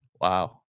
Wow